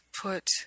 put